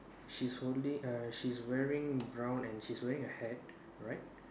she's holding err she is wearing brown and she's wearing a hat right